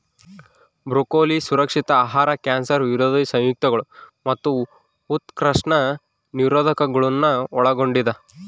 broccoli ಸುರಕ್ಷಿತ ಆಹಾರ cancer ವಿರೋಧಿ ಸಂಯುಕ್ತಗಳು ಮತ್ತು ಉತ್ಕರ್ಷಣ ನಿರೋಧಕಗುಳ್ನ ಒಳಗೊಂಡಿದ